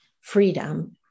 freedom